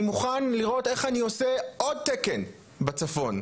אני מוכן לראות איך אני עושה עוד תקן בצפון.